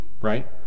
Right